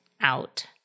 out